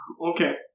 Okay